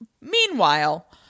Meanwhile